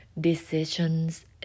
Decisions